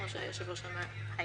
כמו שאמר היושב-ראש.